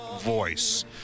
voice